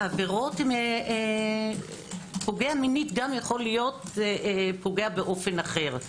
העבירות פוגע מינית יכול להיות פוגע באופן אחר,